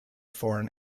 foreign